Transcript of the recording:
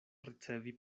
ricevi